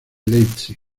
leipzig